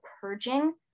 purging